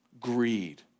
greed